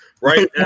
right